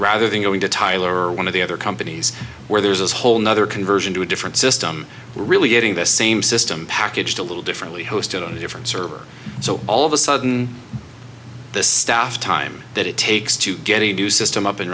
rather than going to tyler or one of the other companies where there's a whole nother conversion to a different system we're really getting the same system packaged a little differently hosted on a different server so all of a sudden the staff time that it takes to get a new system up and